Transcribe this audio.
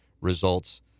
results